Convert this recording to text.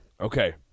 Okay